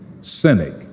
cynic